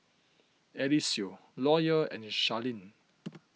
Eliseo Loyal and Charleen